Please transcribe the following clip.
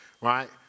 Right